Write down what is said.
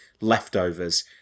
leftovers